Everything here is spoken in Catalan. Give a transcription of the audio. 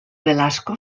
velasco